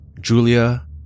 Julia